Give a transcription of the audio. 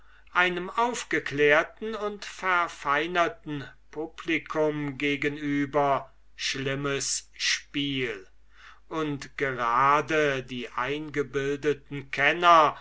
einem aufgeklärten und verfeinerten publico gegenüber schlimmes spiel und just die eingebildeten kenner